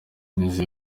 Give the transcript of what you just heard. nizeye